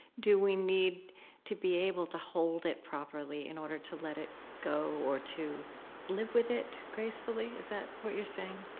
do we need to be able to hold it properly in order to let it go or to live with it gracefully? is that what you're saying?